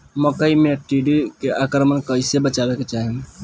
मकई मे टिड्डी के आक्रमण से कइसे बचावे के चाही?